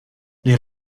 les